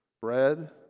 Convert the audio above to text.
Bread